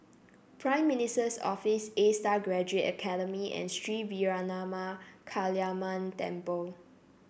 Prime Minister's Office A Star Graduate Academy and Sri Veeramakaliamman Temple